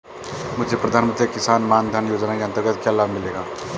मुझे प्रधानमंत्री किसान मान धन योजना के अंतर्गत क्या लाभ मिलेगा?